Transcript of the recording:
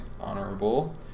honorable